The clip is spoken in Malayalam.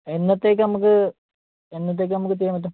എന്നത്തേക്കാണ് നമുക്ക് എന്നത്തേക്കാണ് നമുക്ക് ചെയ്യാൻ പറ്റുക